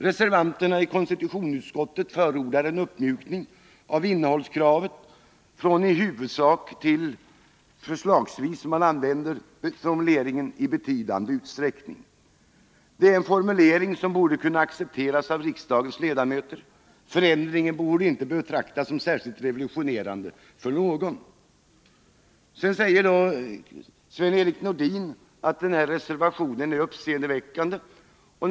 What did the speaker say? Reservanterna har i konstitutionsutskottet förordat en uppmjukning av innehållskravet från ”i huvudsak” till förslagsvis ”i betydande utsträckning”. Det är en formulering som borde kunna accepteras av riksdagens ledamöter. Förändringen borde inte av någon upplevas som särskilt revolutionerande. Sven-Erik Nordin sade att reservationen är uppseendeväckande.